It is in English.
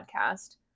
podcast